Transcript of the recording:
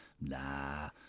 nah